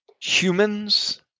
humans